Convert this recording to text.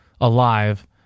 alive